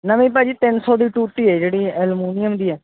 ਨਵੀਂ ਭਾਅ ਜੀ ਤਿੰਨ ਸੌ ਦੀ ਟੂਟੀ ਹੈ ਜਿਹੜੀ ਐਲਮੂਨੀਅਮ ਦੀ ਹੈ